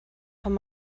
kann